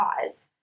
cause